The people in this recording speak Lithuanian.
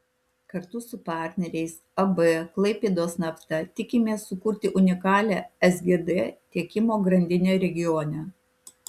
kartu su partneriais ab klaipėdos nafta tikimės sukurti unikalią sgd tiekimo grandinę regione